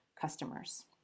customers